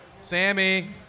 Sammy